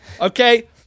Okay